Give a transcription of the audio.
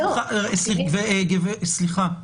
לא --- סליחה,